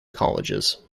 colleges